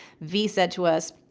vee said to us,